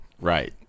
Right